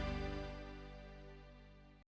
Дякую